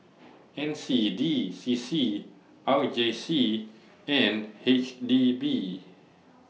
N C D C C R J C and H D B